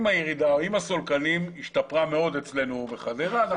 עם הירידה, עם הסולקנים, השתפרה מאוד אצלנו בחדרה.